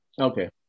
okay